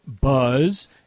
buzz